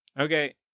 Okay